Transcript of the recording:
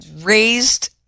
raised